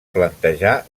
plantejar